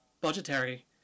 budgetary